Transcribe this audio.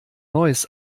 neues